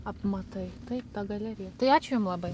apmatai taip ta galerija tai ačiū jum labai